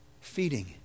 Feeding